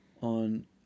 on